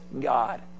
God